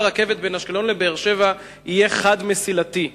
הרכבת בין אשקלון לבאר-שבע יהיה חד-מסילתי.